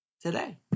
today